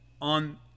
on